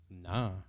Nah